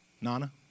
Nana